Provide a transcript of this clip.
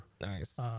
nice